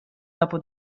dopo